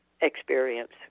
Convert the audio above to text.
experience